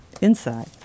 inside